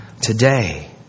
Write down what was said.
today